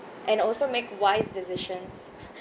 and also make wise decisions